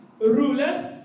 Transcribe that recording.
rulers